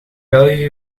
belgië